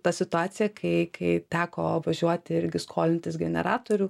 ta situacija kai kai teko važiuoti irgi skolintis generatorių